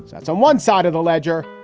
that's on one side of the ledger,